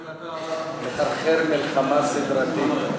לכן אתה מחרחר מלחמה סדרתי.